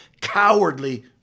cowardly